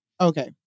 Okay